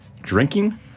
drinking